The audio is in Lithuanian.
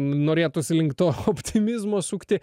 norėtųsi link to optimizmo sukti